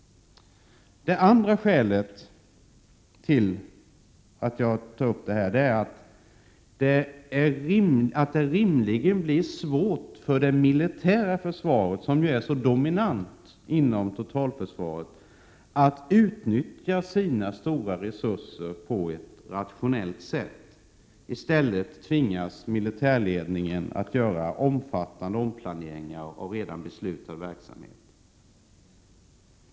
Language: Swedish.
Det andra skälet är att det rimligen blir svårt för det militära försvaret, som nu är så dominerande inom totalförsvaret, att utnyttja sina stora resurser på ett rationellt sätt. I stället tvingas militärledningen att göra betydande omplaneringar i fråga om redan beslutad verksamhet.